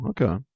Okay